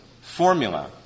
formula